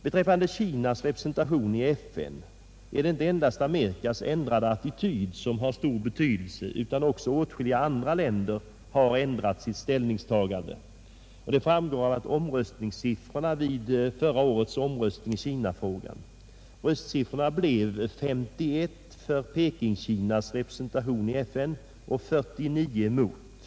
Beträffande Kinas representation i FN är det inte endast Amerikas ändrade attityd som har stor betydelse, utan också åtskilliga andra länder har ändrat sitt ställningstagande. Det framgår av omröstningssiffrorna vid förra årets omröstning i Kinafrågan. Röstsiffrorna blev 51 för Pekingkinas representation i FN och 49 emot.